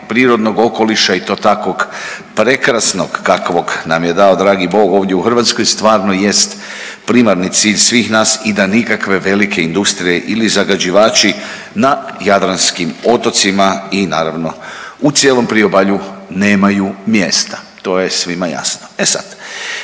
prirodnog okoliša i to takvog prekrasnog kakvog nam je dao dragi Bog ovdje u Hrvatskoj stvarno jest primarni cilj svih nas i da nikakve velike industrije ili zagađivači na jadranskim otocima i naravno u cijelom priobalju nemaju mjesta. To je svima jasno. E sad,